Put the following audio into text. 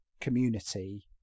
community